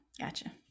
gotcha